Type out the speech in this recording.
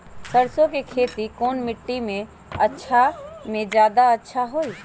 सरसो के खेती कौन मिट्टी मे अच्छा मे जादा अच्छा होइ?